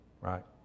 right